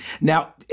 Now